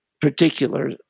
particular